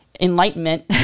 Enlightenment